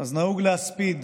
אז נהוג להספיד.